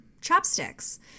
chopsticks